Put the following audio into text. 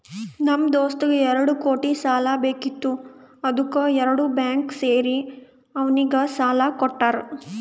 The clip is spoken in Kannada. ನಮ್ ದೋಸ್ತಗ್ ಎರಡು ಕೋಟಿ ಸಾಲಾ ಬೇಕಿತ್ತು ಅದ್ದುಕ್ ಎರಡು ಬ್ಯಾಂಕ್ ಸೇರಿ ಅವ್ನಿಗ ಸಾಲಾ ಕೊಟ್ಟಾರ್